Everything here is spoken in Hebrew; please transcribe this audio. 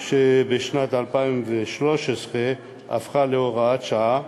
שבשנת 2013 הפכה להוראת שעה,